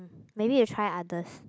maybe you try others